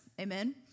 Amen